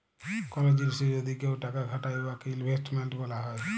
call জিলিসে যদি কেউ টাকা খাটায় উয়াকে ইলভেস্টমেল্ট ব্যলা হ্যয়